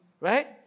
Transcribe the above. right